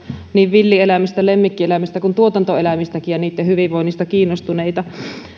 niin villieläimistä lemmikkieläimistä kuin tuotantoeläimistäkin ja niitten hyvinvoinnista kiinnostuneita